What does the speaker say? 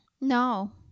No